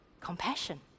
compassion